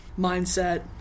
mindset